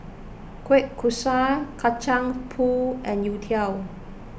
Kueh Kosui Kacang Pool and Youtiao